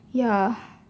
ya